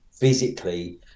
physically